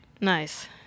Nice